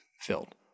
filled